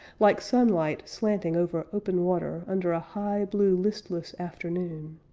like sunlight slanting over open water under a high, blue, listless afternoon.